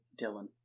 Dylan